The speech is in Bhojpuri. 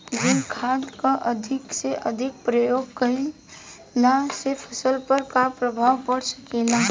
जिंक खाद क अधिक से अधिक प्रयोग कइला से फसल पर का प्रभाव पड़ सकेला?